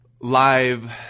live